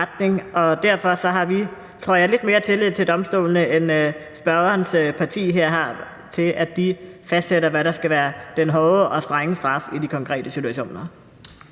tror jeg, lidt mere tillid til domstolene, end spørgerens parti her har, og til, at de fastsætter, hvad der skal være den hårde og strenge straf i de konkrete situationer.